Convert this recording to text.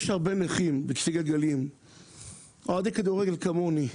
יש הרבה נכים על כיסא גלגלים אוהדי כדורגל כמוני.